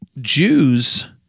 Jews